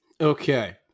Okay